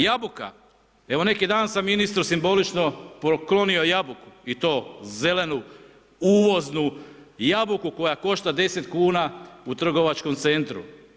Jabuka, evo neki dan sam ministru simbolično poklonio jabuku i to zelenu, uvoznu jabuku koja košta 10 kn u trgovačkom centru.